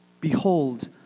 Behold